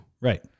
Right